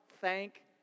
thank